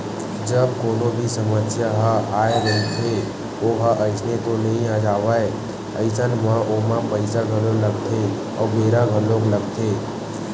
जब कोनो भी समस्या ह आय रहिथे ओहा अइसने तो नइ जावय अइसन म ओमा पइसा घलो लगथे अउ बेरा घलोक लगथे